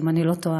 אם אני לא טועה.